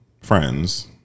friends